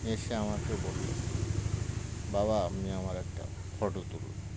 এসে আমাকে বলল বাবা আপনি আমার একটা ফটো তুলুন